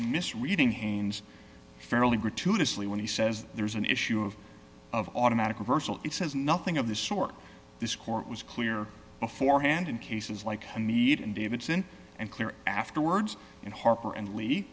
miss reading hans farrelly gratuitously when he says there's an issue of of automatic reversal it says nothing of the sort this court was clear beforehand in cases like hamid and davidson and clear afterwards and harper and le